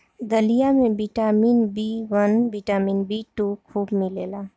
दलिया में vitamin B one, vitamin B two खूब मिलेला